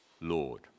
Lord